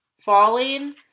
falling